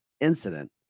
incident